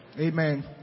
amen